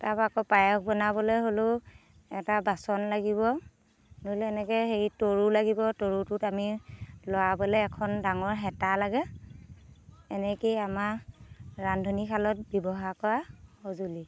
তাৰ পৰা আকৌ পায়স বনাবলৈ হ'লেও এটা বাচন লাগিব ধৰি লওঁক এনেকৈ হেৰি তৰু লাগিব তৰুটোত আমি লৰাবলৈ এখন ডাঙৰ হেতা লাগে এনেকেই আমাৰ ৰান্ধনীশালত ব্যৱহাৰ কৰা সঁজুলি